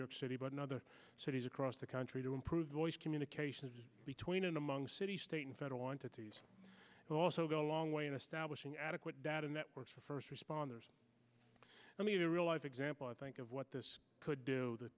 york city but in other cities across the country to improve voice communication between among city state and federal entities but also go a long way in establishing adequate data networks for first responders i mean a real life example i think of what this could do the